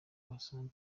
wasanga